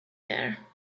there